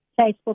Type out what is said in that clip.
Facebook